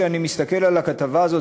כשאני מסתכל על הכתבה הזאת,